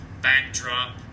backdrop